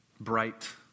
bright